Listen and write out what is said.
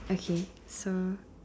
okay so